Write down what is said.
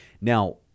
Now